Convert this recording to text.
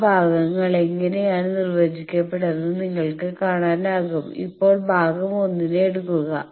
ആ ഭാഗങ്ങൾ എങ്ങനെയാണ് നിർവചിക്കപ്പെട്ടതെന്ന് നിങ്ങൾക്ക് കാണാനാകും ഇപ്പോൾ ഭാഗം 1 നെ എടുക്കുക